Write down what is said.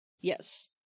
Yes